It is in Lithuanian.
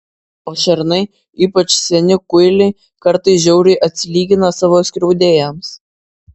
o šernai ypač seni kuiliai kartais žiauriai atsilygina savo skriaudėjams